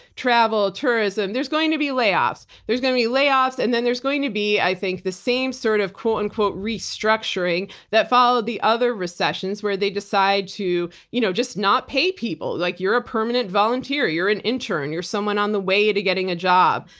travel tourism, there's going to be layoffs, there's going to be layoffs and then there's going to be i think the same sort of and restructuring that follows the other recessions where they decide to you know just not pay people. like you're a permanent volunteer, you're an intern, you're someone on the way to getting a job.